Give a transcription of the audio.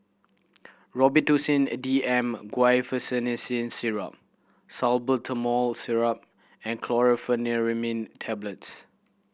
Robitussin D M Guaiphenesin Syrup Salbutamol Syrup and Chlorpheniramine Tablets